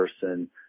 person